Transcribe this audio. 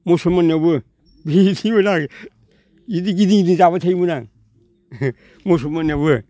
मुसलमाननियावबो बिदिमोन आं बिदि गिदिं गिदिं जाबाय थायोमोन आं मुसलमाननियावबो